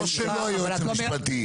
הוא לא שלו היועץ המשפטי.